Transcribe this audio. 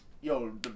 yo